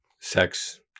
sex